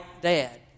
dad